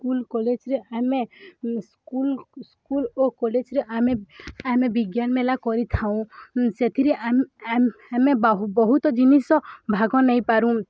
school କଲେଜ୍ରେ ଆମେ school school ଓ କଲେଜ୍ରେ ଆମେ ଆମେ ବିଜ୍ଞାନ ମେଲା କରିଥାଉ ସେଥିରେ ଆମେ ବହୁତ ଜିନିଷ ଭାଗ ନେଇପାରୁ